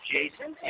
Jason